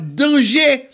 danger